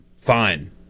fine